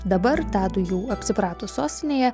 dabar tadui jau apsipratus sostinėje